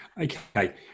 Okay